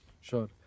Sure